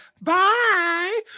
Bye